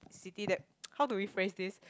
city that how do we phrase this